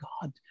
God